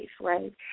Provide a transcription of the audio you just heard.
right